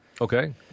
Okay